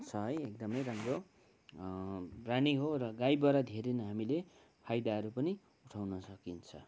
छ है एकदमै राम्रो प्राणी हो र गाईबाट धेरै नै हामीले फाइदाहरू पनि उठाउन सकिन्छ